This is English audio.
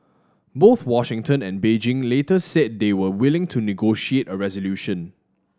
both Washington and Beijing later said they were willing to negotiate a resolution